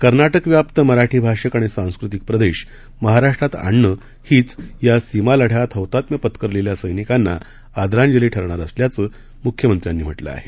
कर्नाटकव्याप्त मराठी भाषक आणि सांस्कृतिक प्रदेश महाराष्ट्रात आणणं हीच या सीमा लढ्यात हौतात्म्य पत्करलेल्या सैनिकांना आदरांजली ठरणार असल्याचं मुख्यमंत्र्यांनी म्हटलं आहे